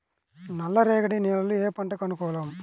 నల్ల రేగడి నేలలు ఏ పంటకు అనుకూలం?